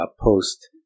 post